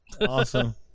Awesome